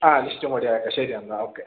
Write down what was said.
ആ ലിസ്റ്റും കൂടി അയക്കാം ശരി എന്നാൽ ഓക്കെ